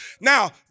Now